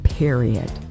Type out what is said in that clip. period